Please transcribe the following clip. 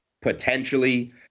potentially